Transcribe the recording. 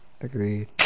agreed